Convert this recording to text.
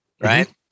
right